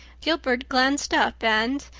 gilbert glanced up and,